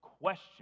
question